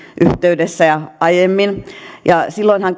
yhteydessä ja aiemmin silloinhan